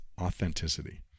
authenticity